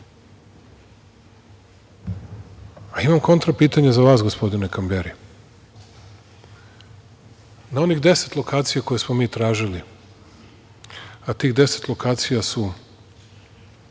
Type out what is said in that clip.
kontra pitanje za vas, gospodine Kamberi. Na onih 10 lokacija koje smo mi tražili, a tih 10 lokacija su